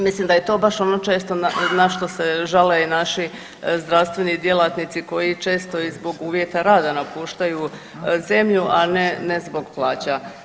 Mislim da je to baš ono često na što se žale i naši zdravstveni djelatnici koji često i zbog uvjeta rada napuštaju zemlju, a ne zbog plaća.